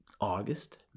August